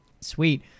sweet